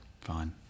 fine